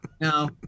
no